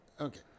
okay